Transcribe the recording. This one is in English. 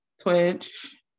twitch